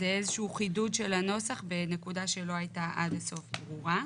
זה איזשהו חידוד של הנוסח בנקודה שלא הייתה עד הסוף ברורה.